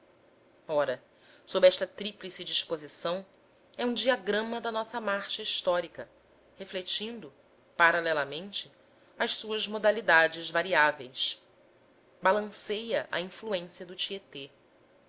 ora sob esta tríplice disposição é um diagrama da nossa marcha histórica refletindo paralelamente as suas modalidades variáveis balanceia a influência do tietê